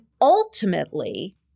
ultimately